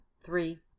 Three